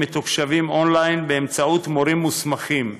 מתוקשבים און-ליין באמצעות מורים מוסמכים.